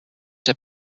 der